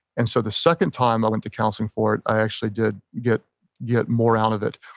and so the second time i went to counseling for it, i actually did get get more out of it.